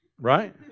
right